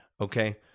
okay